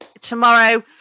Tomorrow